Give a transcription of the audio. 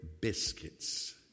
biscuits